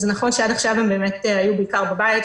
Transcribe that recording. זה נכון שעד עכשיו הם באמת היו בעיקר בבית.